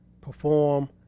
perform